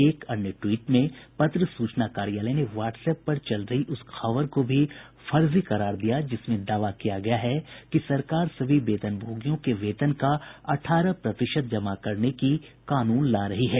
एक अन्य ट्वीट में पत्र सूचना कार्यालय ने व्हाट्सएप पर चल रही उस खबर को फर्जी करार दिया जिसमें दावा किया गया है कि सरकार सभी वेतनभोगियों के वेतन का अठारह प्रतिशत जमा करने की के लिये कानून ला रही है